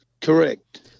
Correct